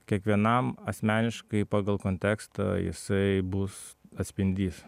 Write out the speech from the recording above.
kiekvienam asmeniškai pagal kontekstą jisai bus atspindys